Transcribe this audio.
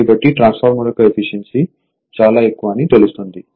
దీన్నిబట్టి ట్రాన్స్ఫార్మర్ యొక్క ఎఫిషియన్సీ చాలా ఎక్కువ అని తెలుస్తుంది